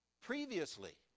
previously